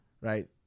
Right